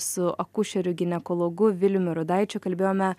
su akušeriu ginekologu viliumi rudaičiu kalbėjome